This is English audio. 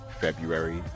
February